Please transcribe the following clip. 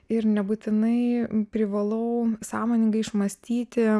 ir nebūtinai privalau sąmoningai išmąstyti